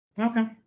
Okay